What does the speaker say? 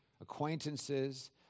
acquaintances